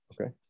Okay